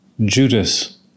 Judas